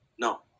No